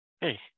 Hey